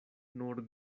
nur